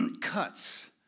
cuts